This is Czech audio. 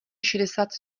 šedesát